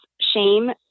shame